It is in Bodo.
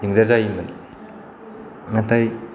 दिग्दार जायोमोन नाथाय